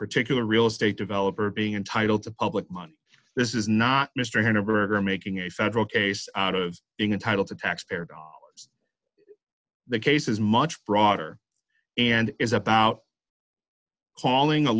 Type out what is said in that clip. particular real estate developer being entitled to public money this is not mr hubbard or making a federal case out of being entitled to taxpayer dollars the case is much broader and is about calling a